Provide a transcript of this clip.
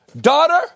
daughter